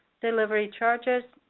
delivery charges,